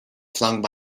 flung